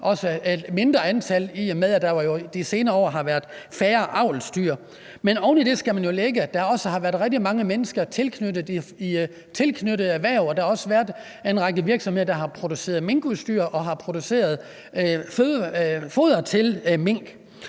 også et mindre antal, i og med at der jo de senere år har været færre avlsdyr. Men oven i det skal man jo lægge, at der også har været rigtig mange mennesker i tilknyttede erhverv, og at der også har været en række virksomheder, der har produceret minkudstyr og foder til mink.